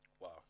Wow